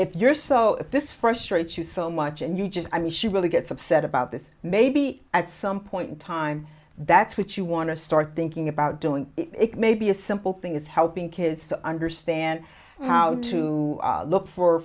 if you're so this frustrates you so much and you just i mean she really gets upset about this maybe at some point in time that's what you want to start thinking about doing it maybe a simple thing is helping kids to understand how to look for